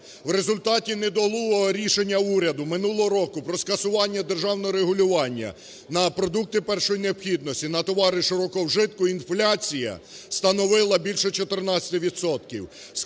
В результаті недолугого рішення уряду минулого року про скасування державного регулювання на продукти першої необхідності, на товари широкого вжитку інфляція становила більше 14